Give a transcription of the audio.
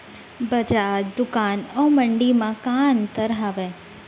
बजार, दुकान अऊ मंडी मा का अंतर हावे?